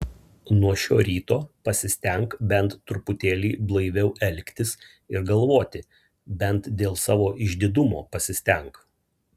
nuo šio ryto pasistenk bent truputėlį blaiviau elgtis ir galvoti bent dėl savo išdidumo pasistenk